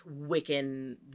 Wiccan